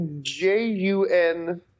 j-u-n